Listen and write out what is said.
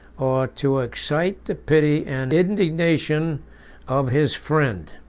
or to excite the pity and indignation of his friend.